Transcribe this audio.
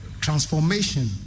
transformation